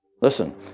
Listen